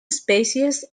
species